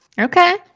Okay